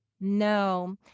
No